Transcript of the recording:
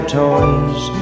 toys